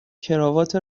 کراوات